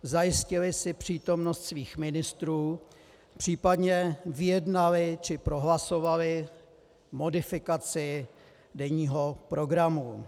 Zajistili si přítomnost svých ministrů, případně vyjednali či prohlasovali modifikaci denního programu.